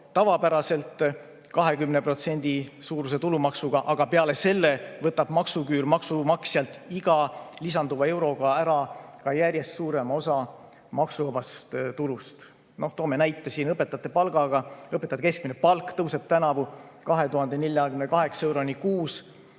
tavapärase 20% suuruse tulumaksuga, aga peale selle võtab maksuküür maksumaksjalt iga lisanduva euroga ära ka järjest suurema osa maksuvabast tulust. Toome näite õpetajate palga kohta. Õpetajate keskmine palk tõuseb tänavu 2048 euroni